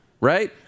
Right